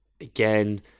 again